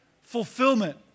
fulfillment